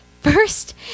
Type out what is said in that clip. First